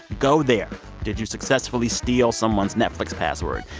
go there did you successfully steal someone's netflix password?